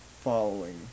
following